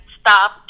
stop